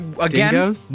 again